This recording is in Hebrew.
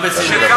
מה המציעים רוצים?